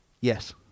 Yes